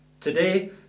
today